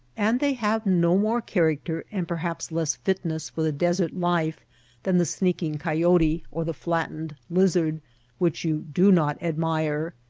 and they have no more character and perhaps less fitness for the desert life than the sneaking coyote or the flattened lizard which you do not admire.